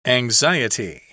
anxiety